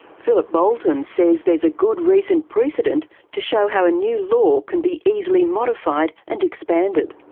phillip boulten says there's a good recent precedent to show how a new law can be easily modified and expanded.